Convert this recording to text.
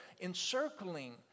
encircling